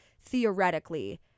Theoretically